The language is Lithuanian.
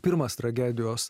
pirmas tragedijos